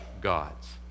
God's